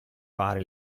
fare